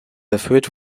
erfüllt